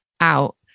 out